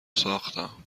ساختم